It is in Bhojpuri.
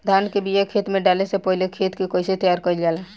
धान के बिया खेत में डाले से पहले खेत के कइसे तैयार कइल जाला?